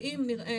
ואם נראה,